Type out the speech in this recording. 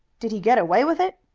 did he get away with it?